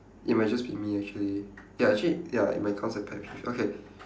it might just be me actually ya actually ya it might count as pet peeve okay